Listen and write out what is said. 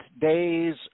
days